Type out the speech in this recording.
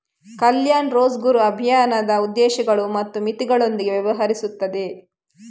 ಕಲ್ಯಾಣ್ ರೋಜ್ಗರ್ ಅಭಿಯಾನದ ಉದ್ದೇಶಗಳು ಮತ್ತು ಮಿತಿಗಳೊಂದಿಗೆ ವ್ಯವಹರಿಸುತ್ತದೆ